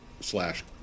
slash